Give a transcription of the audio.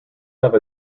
have